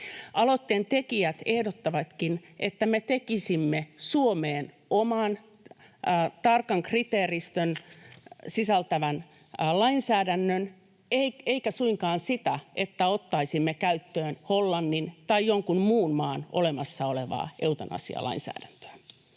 Aloitteen tekijät ehdottavatkin, että me tekisimme Suomeen oman tarkan kriteeristön sisältävän lainsäädännön, eivätkä suinkaan sitä, että ottaisimme käyttöön Hollannin tai jonkun muun maan olemassa olevaa eutanasialainsäädäntöä.